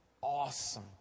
awesome